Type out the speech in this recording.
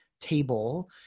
table